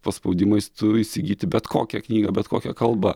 paspaudimais tu įsigyti bet kokią knygą bet kokia kalba